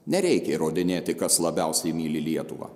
nereikia įrodinėti kas labiausiai myli lietuvą